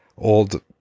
old